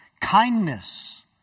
Kindness